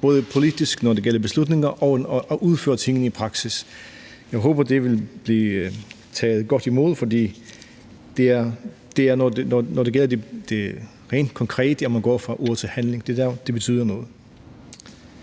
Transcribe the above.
både politisk, når det gælder beslutninger, og det at udføre tingene i praksis, vil blive taget godt imod, for det er, når det gælder det rent konkrete, altså når man går fra ord til handling, at det betyder noget.